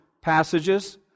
passages